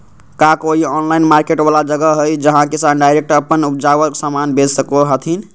का कोई online market वाला जगह हइ जहां किसान डायरेक्ट अप्पन उपजावल समान बेच सको हथीन?